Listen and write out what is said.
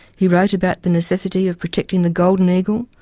he wrote about the necessity of protecting the golden eagle,